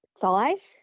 thighs